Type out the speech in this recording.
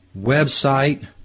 website